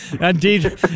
Indeed